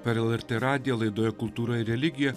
per lrt radijo laidoj kultūra ir religija